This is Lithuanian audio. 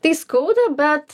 tai skauda bet